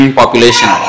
population